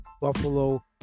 buffalo